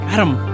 Adam